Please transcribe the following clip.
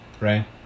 right